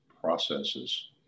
processes